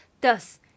Thus